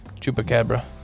Chupacabra